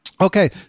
okay